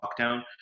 lockdown